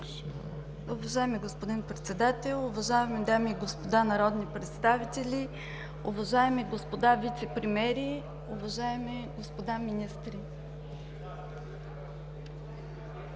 Уважаеми господин Председател, уважаеми дами и господа народни представители, уважаеми господа вицепремиери, уважаеми господа министри!